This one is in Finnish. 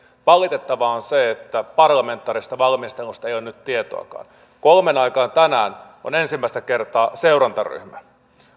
valitettavaa on se että parlamentaarisesta valmistelusta ei ole nyt tietoakaan kolmen aikaan tänään on ensimmäistä kertaa seurantaryhmä